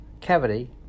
cavity